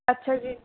ਅੱਛਾ ਜੀ